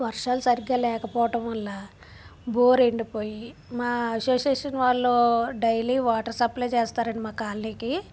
వర్షాలు సరిగ్గా లేకపోవటం వల్ల బోర్ ఎండిపోయి మా అసోసియేషన్ వాళ్ళు డైలీ వాటర్ సప్లై చేస్తారండి మా కాలనీకి